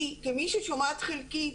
אני כשומעת חלקית